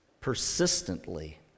persistently